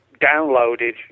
downloaded